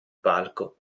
palco